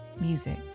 music